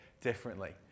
differently